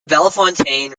bellefontaine